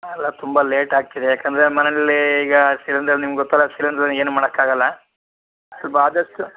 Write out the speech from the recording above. ಅಲ್ಲ ತುಂಬ ಲೇಟ್ ಆಗ್ತಿದೆ ಏಕೆಂದ್ರೆ ಮನೇಲಿ ಈಗ ಸಿಲಿಂಡರ್ ನಿಮ್ಗೆ ಗೊತ್ತಲ್ಲ ಸಿಲಿಂಡ್ರ್ ಇಲ್ಲದೆ ಏನು ಮಾಡೋಕಾಗಲ್ಲ ಸ್ವಲ್ಪ ಆದಷ್ಟು